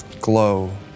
glow